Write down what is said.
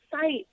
site